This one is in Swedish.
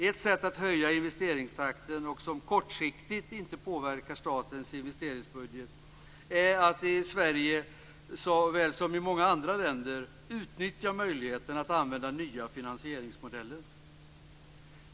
Ett sätt att höja investeringstakten vilket kortsiktigt inte påverkar statens investeringsbudget är att Sverige som så många andra länder utnyttjar möjligheten att använda nya finansieringsmodeller.